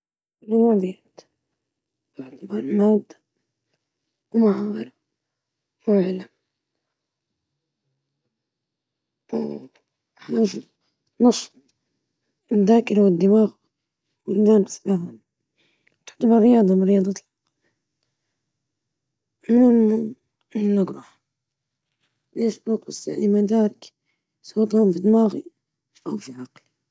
دراسة الرياضيات تعتبر مهمة لأنها تقدم أساسًا للتحليل وحل المشكلات وتطوير القدرات الفكرية، من دونها، سيكون من الصعب فهم العلم والتكنولوجيا في العصر الحديث.